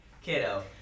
kiddo